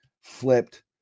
flipped